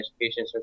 Education